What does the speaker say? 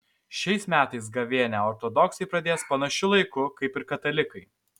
šiais metais gavėnią ortodoksai pradės panašiu laiku kaip ir katalikai